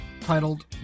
titled